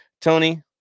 Tony